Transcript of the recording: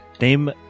name